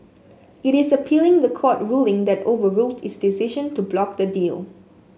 it is appealing the court ruling that overruled its decision to block the deal